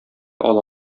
ала